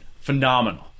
phenomenal